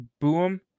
Boom